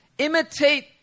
Imitate